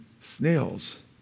snails